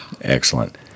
Excellent